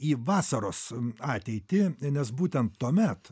į vasaros ateitį nes būtent tuomet